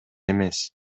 эмес